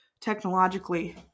technologically